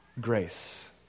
Grace